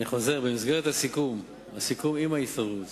אני חוזר: במסגרת הסיכום עם ההסתדרות